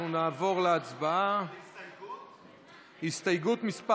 אנחנו נעבור להצבעה על הסתייגות מס'